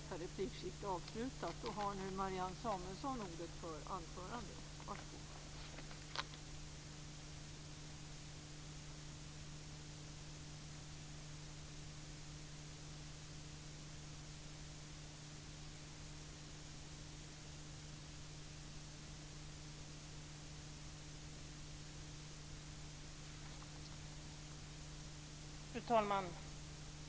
Fru talman!